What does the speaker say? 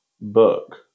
Book